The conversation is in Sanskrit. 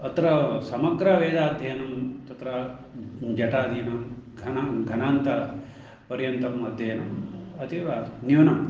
अत्र समग्रवेदाध्ययनं तत्र जटादीनां घन घनान्तपर्यन्तम् अध्ययनम् अतीव न्यूनं